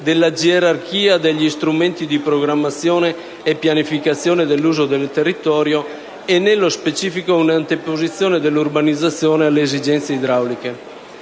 della gerarchia degli strumenti di programmazione e pianificazione dell'uso del territorio e, nello specifico, un'anteposizione dell'urbanizzazione alle esigenze idrauliche.